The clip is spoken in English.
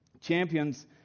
champions